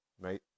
Right